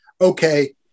okay